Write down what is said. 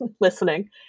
listening